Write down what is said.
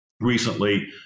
recently